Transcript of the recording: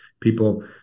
people